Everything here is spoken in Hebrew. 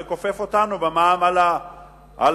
לכופף אותנו במע"מ על הירקות,